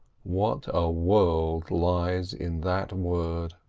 what a world lies in that word.